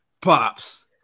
Pops